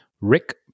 Rick